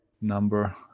number